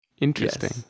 Interesting